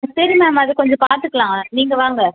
சரி மேம் அது கொஞ்சம் பார்த்துக்கலாம் நீங்கள் வாங்க